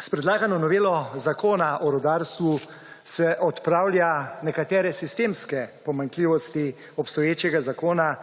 S predlagano novelo Zakona o rudarstvu se odpravlja nekatere sistemske pomanjkljivosti obstoječega zakona